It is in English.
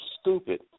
stupid